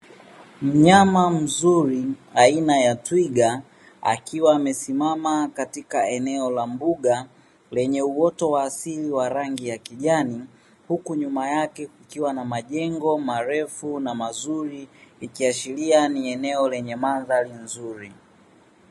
Mnyama mzuri aina ya twiga akiwa amesimama katika eneo la mbuga lenye uoto wa asili wa rangi ya kijani, huku nyuma yake kukiwa na majengo marefu na mazuri ikiashiria ni eneo lenye mandhari nzuri.